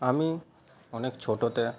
আমি অনেক ছোটোতে